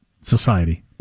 society